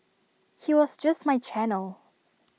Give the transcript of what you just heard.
he was just my channel